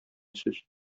сүз